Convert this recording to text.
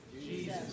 Jesus